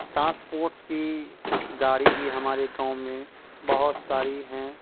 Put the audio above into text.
transport کی گاڑی بھی ہمارے گاؤں میں بہت ساری ہیں